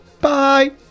Bye